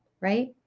right